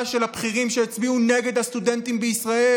נמשכת של הבחירים שהצביעו נגד הסטודנטים בישראל,